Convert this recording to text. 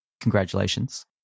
Congratulations